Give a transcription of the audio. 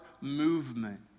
movement